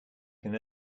can